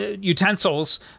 utensils